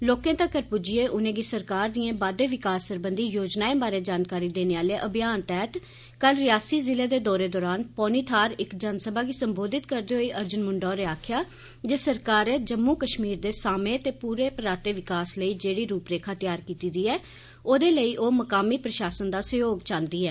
लोकें तगर पुज्जिए उनेंगी सरकार दिएं बादे विकास सरबंधी योजनाएं बारे जानकारी देने आले अभियान तैहत कल रियासी जिले दे दौरे दौरान पौनी थाहर इक जनसभा गी सम्बोधित करदे होई अर्जुन मुंडा होरे आक्खेआ जे सरकारै जम्मू कष्मीर दे सामे त पूरे पराते विकास लेई जेड़ी रुप रेखा तैयार कीती दी ऐ ओदे लेई ओ मकामी प्रषासन दा सहयोग चांहदी ऐ